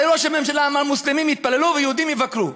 הרי ראש הממשלה אמר: מוסלמים יתפללו ויהודים יבקרו.